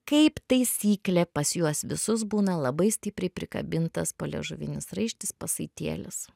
kaip taisyklė pas juos visus būna labai stipriai prikabintas poliežuvinis raištis pasaitėlis